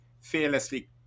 fearlessly